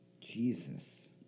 Jesus